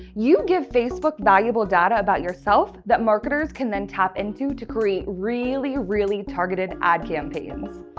you give facebook valuable data about yourself that marketers can then tap into to create really, really targeted ad campaigns.